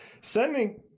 Sending